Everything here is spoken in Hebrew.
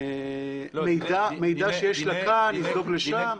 מידע שיש לה כאן יזלוג לשם.